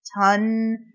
ton